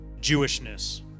Jewishness